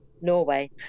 norway